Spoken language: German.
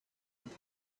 und